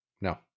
No